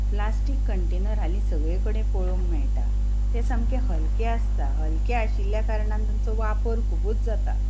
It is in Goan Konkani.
प्लास्टीक कंटेनर हाली सगळे कडेन पळोवंक मेळटा तें सामकें हलकें आसता हलकें आशिल्ल्या कारणान तांचो वापर खुबूच जाता